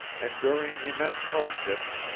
enduring immense hardships,